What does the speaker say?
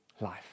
life